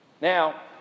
Now